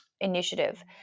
initiative